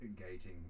engaging